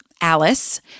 Alice